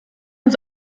uns